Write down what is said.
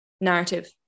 narrative